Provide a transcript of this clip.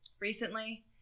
recently